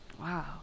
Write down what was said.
wow